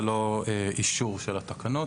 זה לא אישור של התקנות,